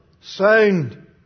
sound